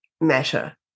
matter